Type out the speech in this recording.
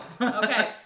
Okay